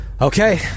Okay